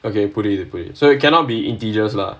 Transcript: okay put it here put it here so it cannot just be integers lah